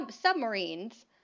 submarines